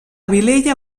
vilella